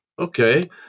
Okay